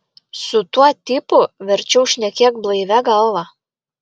su tuo tipu verčiau šnekėk blaivia galva